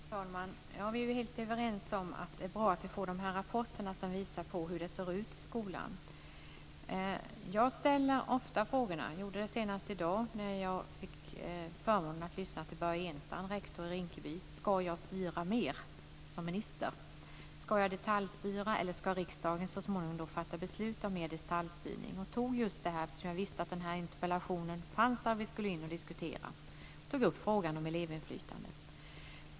Fru talman! Vi är helt överens om att det är bra att vi får dessa rapporter som visar hur det ser ut i skolan. Jag ställer ofta frågorna, och jag gjorde det senast i dag när jag fick förmånen att lyssna till Börje Ehrstrand, rektor i Rinkeby. Ska jag styra mer som minister? Ska jag detaljstyra eller ska riksdagen så småningom fatta beslut om mer detaljstyrning? Eftersom jag visste att den här interpellationen skulle diskuteras i dag tog jag upp frågan om elevinflytande.